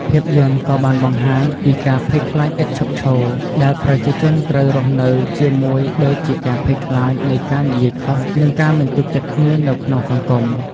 ភាពយន្តក៏បានបង្ហាញពី ការភ័យខ្លាចឥតឈប់ឈរ ដែលប្រជាជនត្រូវរស់នៅជាមួយ ដូចជាការភ័យខ្លាចនៃការនិយាយខុស និងការមិនទុកចិត្តគ្នានៅក្នុងសង្គម។